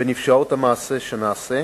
ונפשעות המעשה שנעשה,